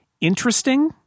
interesting